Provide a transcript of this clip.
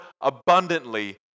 abundantly